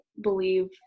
believe